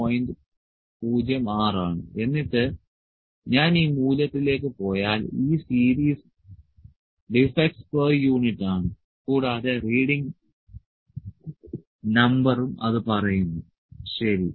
06 ആണ് എന്നിട്ട് ഞാൻ ഈ മൂല്യത്തിലേക്ക് പോയാൽ ഈ സീരീസ് ഡിഫെക്ടസ് പെർ യൂണിറ്റ് ആണ് കൂടാതെ റീഡിങ് നമ്പറും അത് പറയുന്നു ശരി